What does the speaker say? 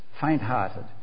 faint-hearted